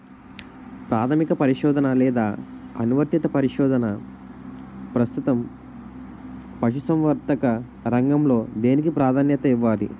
ప్రాథమిక పరిశోధన లేదా అనువర్తిత పరిశోధన? ప్రస్తుతం పశుసంవర్ధక రంగంలో దేనికి ప్రాధాన్యత ఇవ్వాలి?